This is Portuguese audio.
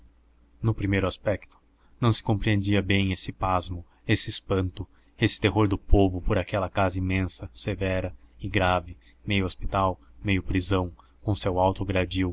no primeiro aspecto não se compreendia bem esse pasmo esse espanto esse terror do povo por aquela casa imensa severa e grave meio hospital meio prisão com seu